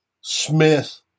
Smith